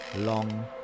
long